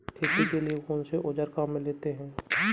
खेती के लिए कौनसे औज़ार काम में लेते हैं?